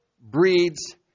breeds